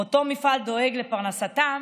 אותו מפעל דואג בעצם לפרנסתם